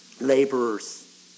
Laborers